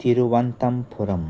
Thiruvananthapuram